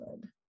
good